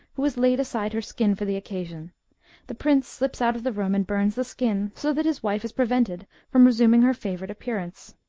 who has laid aside her skin for the occasion the prince slips out of the room and bums the skin, so that his wife is prevented from resuming her favourite appearance.